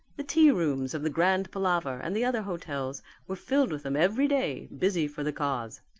the tea rooms of the grand palaver and the other hotels were filled with them every day, busy for the cause.